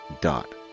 dot